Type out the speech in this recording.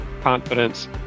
confidence